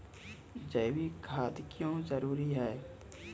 जैविक खाद क्यो जरूरी हैं?